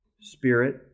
Spirit